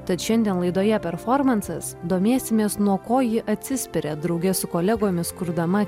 tad šiandien laidoje performansas domėsimės nuo ko ji atsispiria drauge su kolegomis kurdama